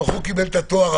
הבחור קיבל את התואר,